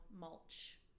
mulch